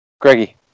Greggy